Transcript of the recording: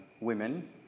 women